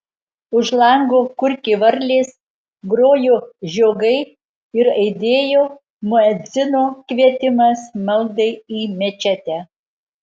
už lango kurkė varlės grojo žiogai ir aidėjo muedzino kvietimas maldai į mečetę